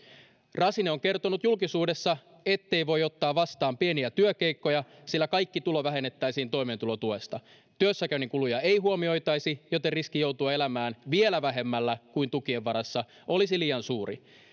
racine on kertonut julkisuudessa ettei voi ottaa vastaan pieniä työkeikkoja sillä kaikki tulo vähennettäisiin toimeentulotuesta työssäkäynnin kuluja ei huomioitaisi joten riski joutua elämään vielä vähemmällä kuin tukien varassa olisi liian suuri